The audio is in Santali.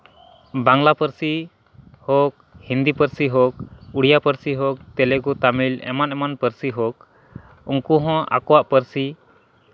ᱵᱟᱝᱞᱟ ᱯᱟᱹᱨᱥᱤ ᱦᱳᱠ ᱦᱤᱱᱫᱤ ᱯᱟᱹᱨᱥᱤ ᱦᱳᱠ ᱩᱲᱤᱭᱟ ᱯᱟᱹᱨᱥᱤ ᱦᱳᱠ ᱛᱮᱞᱮᱜᱩ ᱛᱟᱹᱢᱤᱞ ᱮᱢᱟᱱ ᱮᱢᱟᱱ ᱯᱟᱹᱨᱥᱤ ᱦᱳᱠ ᱩᱱᱠᱩ ᱦᱚᱸ ᱟᱠᱚᱣᱟᱜ ᱯᱟᱹᱨᱥᱤ